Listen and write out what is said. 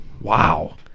Wow